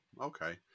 Okay